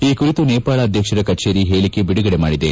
ಈ ಕುರಿತು ನೇಪಾಳ ಅಧ್ಯಕ್ಷರ ಕಚೇರಿ ಹೇಳಿಕೆ ಬಿಡುಗಡೆ ಮಾಡಿದೆ